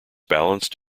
balanced